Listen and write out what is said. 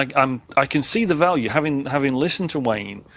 like um i can see the value having having listened to wayne.